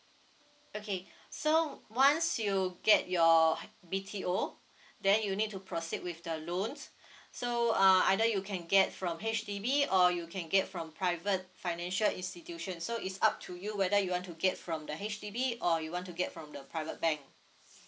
okay so once you get your B_T_O then you need to proceed with the loans so uh either you can get from H_D_B or you can get from private financial institution so it's up to you whether you want to get from the H_D_B or you want to get from the private bank